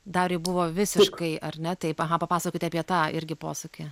dariui buvo visiškai ar ne taip aha papasakokite apie tą irgi posūkį